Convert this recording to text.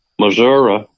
Missouri